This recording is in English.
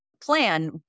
plan